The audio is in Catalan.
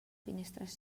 finestres